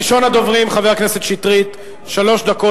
ראשון הדוברים, חבר הכנסת מאיר שטרית, שלוש דקות.